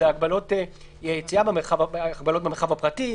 שזה הגבלות במרחב הפרטי,